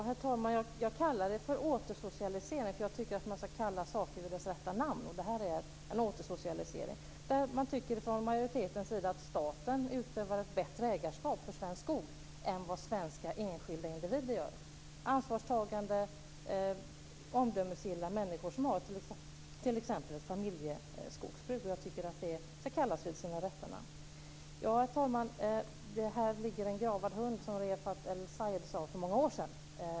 Herr talman! Jag kallar det för återsocialisering därför att jag tycker att man ska kalla saker vid deras rätta namn. Detta är en återsocialisering. Man tycker från majoritetens sida att staten utövar ett bättre ägarskap när det gäller svensk skog än vad svenska enskilda individer gör. Det är ansvarstagande, omdömesgilla människor som har t.ex. ett familjeskogsbruk. Jag tycker att det ska kalls vid sitt rätta namn. Herr talman! Här ligger en gravad hund, som Refaat El-Sayed sade för många år sedan.